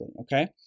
Okay